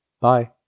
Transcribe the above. Bye